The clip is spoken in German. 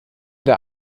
der